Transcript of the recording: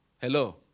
Hello